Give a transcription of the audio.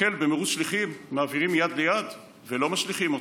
מקל במרוץ שליחים מעבירים מיד ליד ולא משליכים אותו.